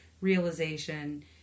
realization